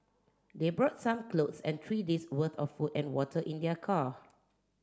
they brought some clothes and three days worth of food and water in their car